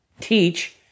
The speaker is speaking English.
teach